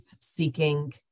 seeking